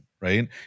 right